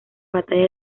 batalla